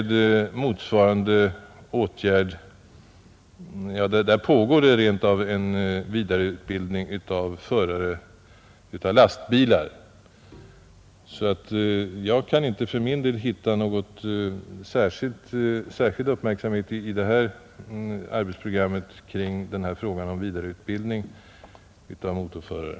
Det pågår också en vidareutbildning av förare av lastbilar. Jag kan för min del inte hitta något som är värt särskild uppmärksamhet i arbetsprogrammet kring frågan om vidareutbildning av motorförare.